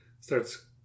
Starts